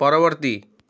ପରବର୍ତ୍ତୀ